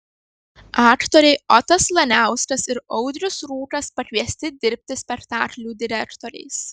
aktoriai otas laniauskas ir audrius rūkas pakviesti dirbti spektaklių direktoriais